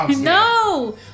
No